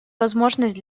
возможность